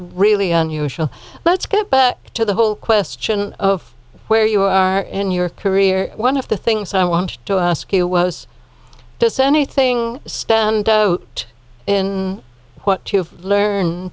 really unusual let's get back to the whole question of where you are in your career one of the things i want to ask you was to say anything stand out in what you've learn